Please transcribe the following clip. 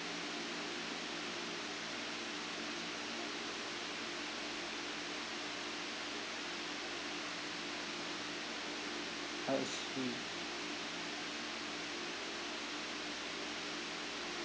I see